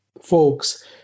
folks